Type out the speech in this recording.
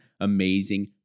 amazing